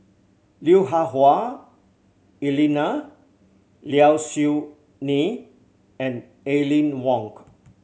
Lui Hah Wah Elena Low Siew Nghee and Aline Wong